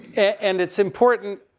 and it's important,